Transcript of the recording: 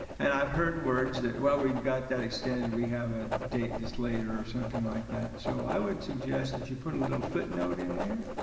and i've heard words that, well, we've got that extended. we have a date that's later or something like that so i would suggest that you put a little footnote in there